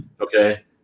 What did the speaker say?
Okay